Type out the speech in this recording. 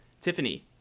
Tiffany